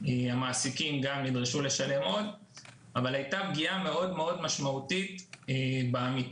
המעסיקים נדרשו גם לשלם עוד; אבל הייתה פגיעה משמעותית מאוד בעמיתים.